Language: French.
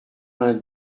vingt